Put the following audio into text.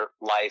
life